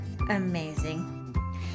amazing